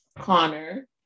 Connor